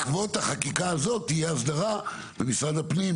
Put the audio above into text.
בעקבות החקיקה הזאת תהיה הסדרה במשרד הפנים,